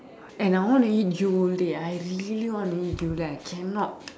and I want to eat Yole I really want to eat Yole I cannot